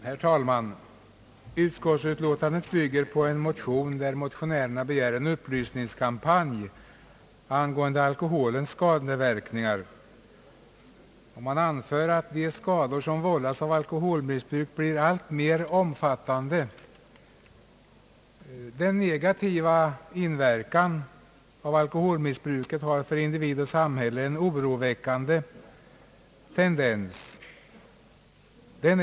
Herr talman! Utskottsutlåtandet bygger på en motion, vari motionärerna begär en upplysningskampanj angående alkoholens skadeverkningar. De anför att de skador som har vållats av alkoholmissbruk blir alltmer omfattande. Den negativa inverkan alkoholmissbruket har på individ och samhälle har en oroväckande tendens.